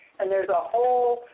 and there's a whole